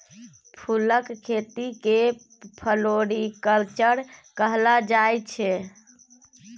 फुलक खेती केँ फ्लोरीकल्चर कहल जाइ छै